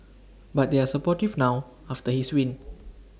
but they are supportive now after his win